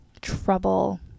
trouble